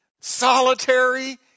solitary